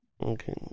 Okay